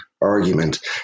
argument